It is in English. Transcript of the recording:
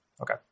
Okay